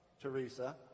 Teresa